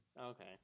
Okay